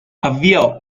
avviò